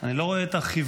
אני לא רואה את החיוויים.